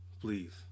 Please